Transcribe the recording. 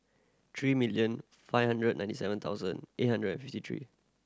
three million five hundred ninety seven thousand eight hundred and fifty three